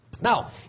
Now